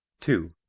two.